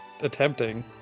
attempting